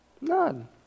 None